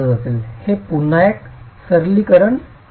तर हे पुन्हा एक सरलीकरण ठीक आहे